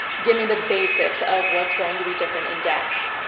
give me the basics of what's going to be different in dash.